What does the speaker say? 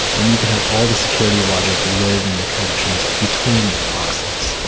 and you could have all the security logic live in the connections between the proxies.